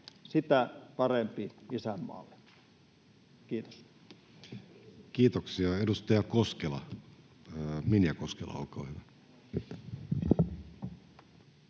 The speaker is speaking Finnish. sitä parempi isänmaalle.” — Kiitos. Kiitoksia. — Edustaja Minja Koskela, olkaa hyvä.